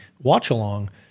watch-along